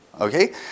okay